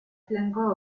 flanco